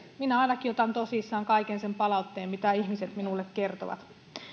minä ainakin otan tosissani kaiken sen palautteen mitä ihmiset minulle kertovat